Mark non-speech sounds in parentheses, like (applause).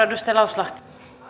(unintelligible) edustaja